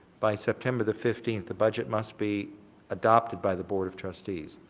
by september the fifteenth, the budget must be adapted by the board of trustees.